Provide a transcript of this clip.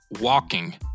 walking